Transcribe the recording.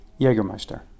Jägermeister